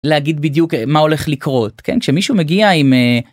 להגיד בדיוק מה הולך לקרות כן כשמישהו מגיע עם.